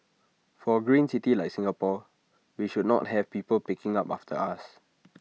for A green city like Singapore we should not have people picking up after us